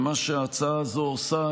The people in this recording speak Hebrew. ומה שההצעה הזו עושה,